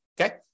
okay